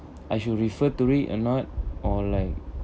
I should refer to read or not or like